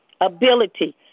ability